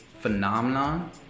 phenomenon